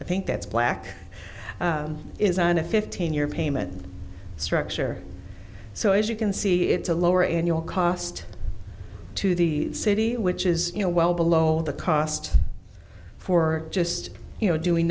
i think that's black is on a fifteen year payment structure so as you can see it's a lower in your cost to the city which is you know well below the cost for just you know doing